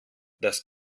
das